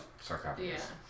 sarcophagus